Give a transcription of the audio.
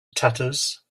tatters